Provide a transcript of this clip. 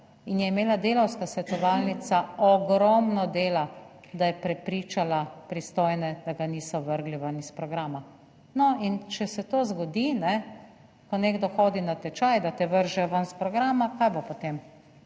in je imela Delavska svetovalnica ogromno dela, da je prepričala pristojne, da ga niso vrgli ven iz programa. No in če se to zgodi, ko nekdo hodi na tečaj, da te vržejo ven iz programa, kaj bo potem?